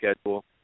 schedule